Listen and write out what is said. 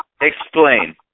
Explain